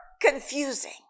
confusing